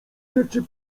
rzeczy